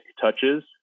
touches